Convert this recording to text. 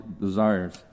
desires